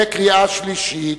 בקריאה שלישית.